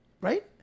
Right